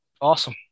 Awesome